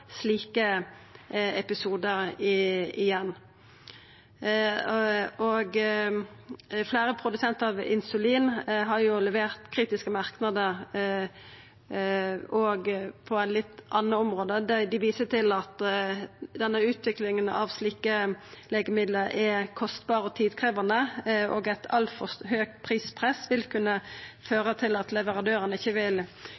slike episodar igjen. Fleire produsentar av insulin har levert kritiske merknader på eit litt anna område. Dei viser til at utviklinga av slike legemiddel er kostbar og tidkrevjande, og at altfor høgt prispress vil